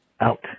Out